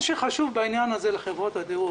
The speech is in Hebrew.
מה שחשוב בעניין הזה לחברות הדירוג,